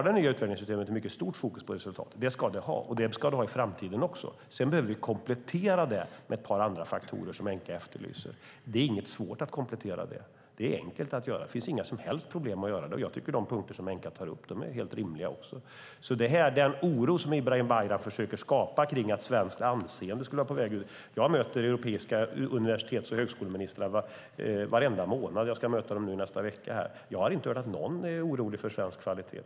Det nya utvärderingssystemet har stort fokus på resultat. Det ska det ha, och det ska det ha i framtiden också. Vi behöver komplettera det med några faktorer som Enqa efterlyser. Det är inte svårt. Det är inga problem att göra det. Jag tycker att de punkter som Enqa tar upp är fullt rimliga. Ibrahim Baylan försöker skapa en oro för att svenskt anseende skulle vara i fara. Jag möter europeiska universitets och högskoleministrar varje månad. Jag ska möta dem nästa vecka. Jag har inte hört att någon är orolig för svensk kvalitet.